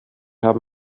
haben